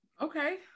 Okay